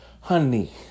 Honey